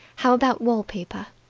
how about wall-paper?